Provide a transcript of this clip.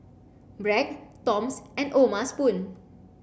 Bragg Toms and O'ma spoon